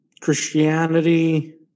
Christianity